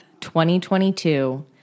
2022